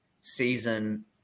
season